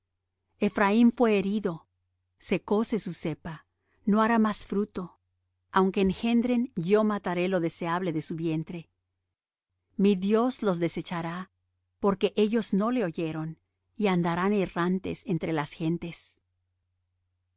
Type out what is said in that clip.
ephraim fué herido secóse su cepa no hará más fruto aunque engendren yo mataré lo deseable de su vientre mi dios los desechará porque ellos no le oyeron y andarán errantes entre las gentes